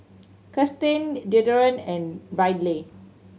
Kiersten Dereon and Ryley